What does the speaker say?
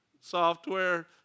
software